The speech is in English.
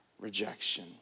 rejection